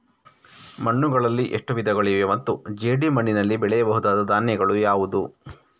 ಮಣ್ಣುಗಳಲ್ಲಿ ಎಷ್ಟು ವಿಧಗಳಿವೆ ಮತ್ತು ಜೇಡಿಮಣ್ಣಿನಲ್ಲಿ ಬೆಳೆಯಬಹುದಾದ ಧಾನ್ಯಗಳು ಯಾವುದು?